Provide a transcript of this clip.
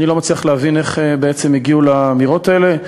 אני לא מצליח להבין איך בעצם הגיעו לאמירות האלה.